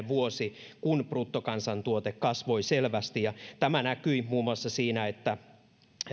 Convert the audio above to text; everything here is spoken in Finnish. vuosi kun bruttokansantuote kasvoi selvästi ja tämä näkyi muun muassa siinä että